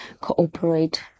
cooperate